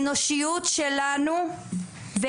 שאנחנו מבקשות לעצור את המשלוחים החיים,